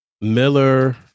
Miller